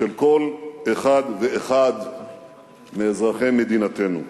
של כל אחד ואחד מאזרחי מדינתנו.